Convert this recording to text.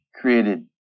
created